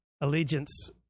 allegiance